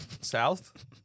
south